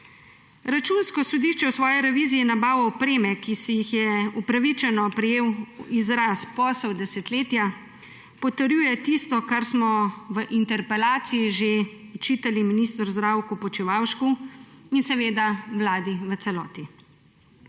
Računsko sodišče v svoji reviziji nabav opreme, ki se jih je upravičeno prejel izraz posel desetletja, potrjuje tisto, kar smo v interpelaciji že očitali ministru Zdravku Počivalšku in seveda Vladi v celoti.